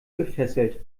gefesselt